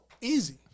Easy